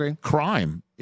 crime